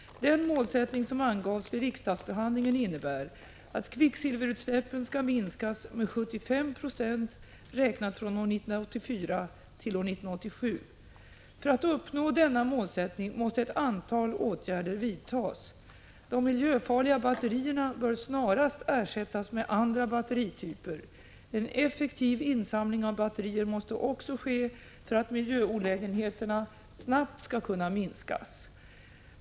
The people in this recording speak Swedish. Den målsättning som angavs vid riksdagsbehandlingen innebär att kvicksilverutsläppen skall minskas med 75 Jo räknat från år 1984 till år 1987. För att uppnå denna målsättning måste ett antal åtgärder vidtas. De miljöfarliga batterierna bör snarast ersättas med andra batterityper. En effektiv insamling av batterier måste också ske för att miljöolägenheterna snabbt skall kunna minskas.